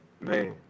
man